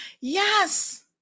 Yes